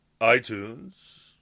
iTunes